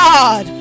God